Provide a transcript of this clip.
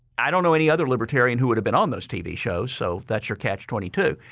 i don't know any other libertarian who would have been on those tv shows. so that's your catch twenty two.